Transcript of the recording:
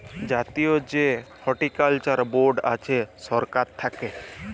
জাতীয় যে horticulture board আছে সরকার থাক্যে